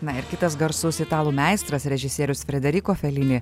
na ir kitas garsus italų meistras režisierius frederiko felini